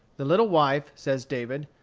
the little wife, says david,